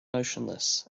motionless